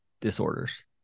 disorders